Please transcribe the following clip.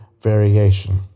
variation